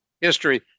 history